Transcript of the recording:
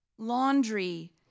Laundry